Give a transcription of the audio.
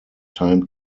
time